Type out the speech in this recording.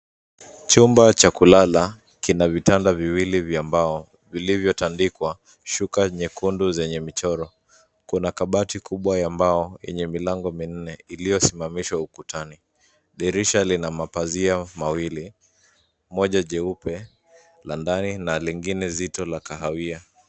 Chumba cha kulala, kina vitanda viwili vya mbao, vilivyotandikwa, shuka nyekundu zenye michoro. Kuna kabati kubwa ya mbao yenye milango minne iliyosimamishwa ukutani. Dirisha lina mapazia mawili, moja jeupe, la ndani na lingine zito la kahawia.